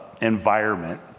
environment